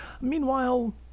meanwhile